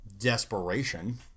desperation